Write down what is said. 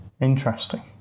Interesting